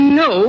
no